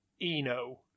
Eno